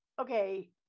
okay